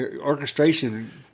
orchestration